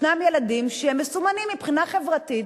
ישנם ילדים שהם מסומנים מבחינה חברתית